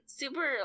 super